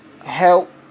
Help